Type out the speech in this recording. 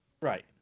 Right